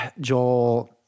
Joel